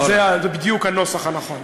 זה בדיוק הנוסח הנכון.